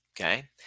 Okay